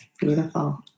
beautiful